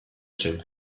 zen